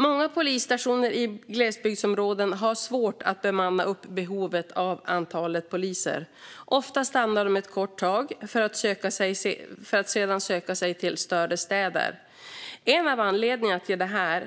Många polisstationer i glesbygdsområden har svårt att bemanna med ett antal poliser som motsvarar behovet. Ofta stannar poliserna ett kort tag för att sedan söka sig till större städer. En av anledningarna till detta